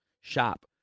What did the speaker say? shop